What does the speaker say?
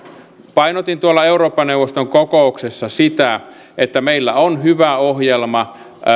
painotin tuolla eurooppa neuvoston kokouksessa sitä että meillä on hyvä ohjelma